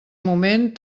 moment